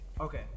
Okay